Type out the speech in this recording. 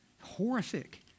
Horrific